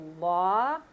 law